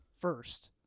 first